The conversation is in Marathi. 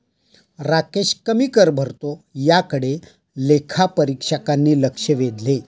राकेश कमी कर भरतो याकडे लेखापरीक्षकांनी लक्ष वेधले